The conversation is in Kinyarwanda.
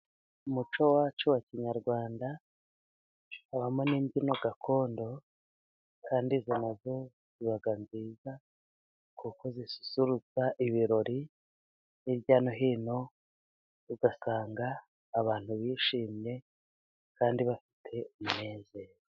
Umuco wacu wa kinyarwanda habamo n'imbyino gakondo, kandi izo nazoz iba nziza, kuko zisusurutsa ibirori hirya no hino, ugasanga abantu bishimye kandi bafite umunezero.